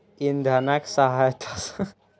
इंधनक सहायता सॅ जलक आपूर्ति पूर्ण भ सकै छै